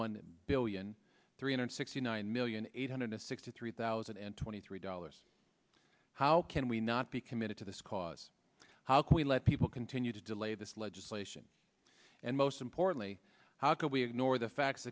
one billion three hundred sixty nine million eight hundred sixty three thousand and twenty three dollars how can we not be committed to this cause how can we let people continue to delay this legislation and most importantly how can we ignore the fact